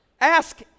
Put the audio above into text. Ask